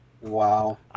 Wow